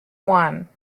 one